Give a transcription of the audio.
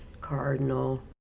Cardinal